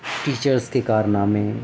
teachers کے کارنامے